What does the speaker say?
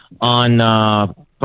on